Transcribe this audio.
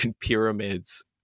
pyramids